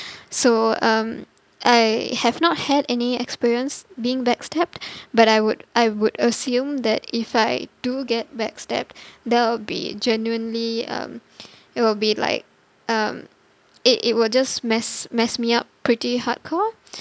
so um I have not had any experience being backstabbed but I would I would assume that if I do get backstabbed that'll be genuinely um it will be like um it it will just mess mess me up pretty hardcore